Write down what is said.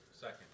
Second